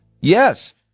Yes